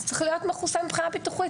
צריך להיות מכוסה מבחינה ביטוחית,